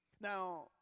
Now